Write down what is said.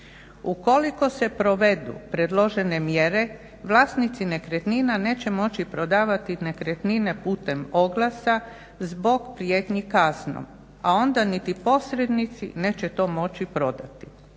Ukoliko se provedu predložene mjere vlasnici nekretnina neće moći prodavati nekretnine putem oglasa zbog prijetnji kaznom a onda niti posrednici neće to moći prodati.